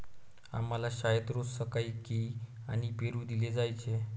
आम्हाला शाळेत रोज सकाळी केळी आणि पेरू दिले जायचे